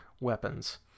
weapons